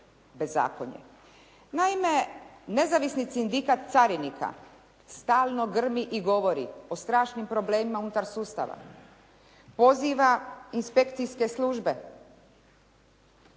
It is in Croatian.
bezakonje. Naime, Nezavisni sindikat carinika stalno grmi i govori o strašnim problemima unutar sustav, poziva inspekcijske službe.